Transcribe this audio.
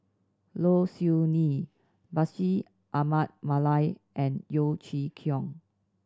Low Siew Nghee Bashir Ahmad Mallal and Yeo Chee Kiong